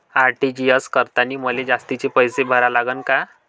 RTGS करतांनी मले जास्तीचे पैसे भरा लागन का?